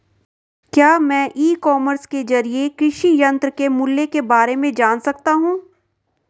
क्या मैं e commerce के ज़रिए कृषि यंत्र के मूल्य में बारे में जान सकता हूँ?